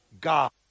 God